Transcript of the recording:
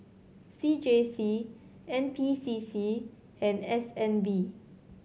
C J C N P C C and S N B